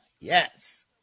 Yes